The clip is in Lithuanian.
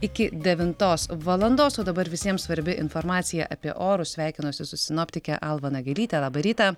iki devintos valandos o dabar visiems svarbi informacija apie orus sveikinuosi su sinoptike alva nagelyte labą rytą